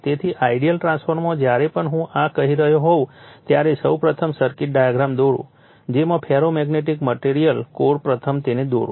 તેથી આઇડીઅલ ટ્રાન્સફોર્મરમાં જ્યારે પણ હું આ કહી રહ્યો હોઉં ત્યારે સૌપ્રથમ સર્કિટ ડાયાગ્રામ દોરો જેમાં ફેરોમેગ્નેટિક મેગ્નેટિક મટીરીયલ કોર પ્રથમ તેને દોરો